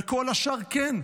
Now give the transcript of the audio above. וכל השאר כן.